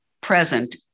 present